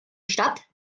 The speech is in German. stadt